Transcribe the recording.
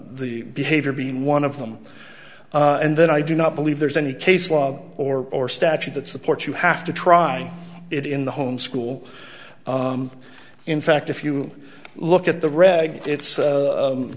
the behavior being one of them and then i do not believe there's any case law or or statute that supports you have to try it in the home school in fact if you look at the reg it's